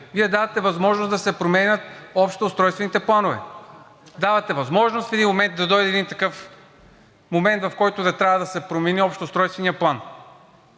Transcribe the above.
Вие давате възможност да се променят общите устройствени планове. Давате възможност в един момент да дойде един такъв момент, в който да трябва да се промени общият устройствен план.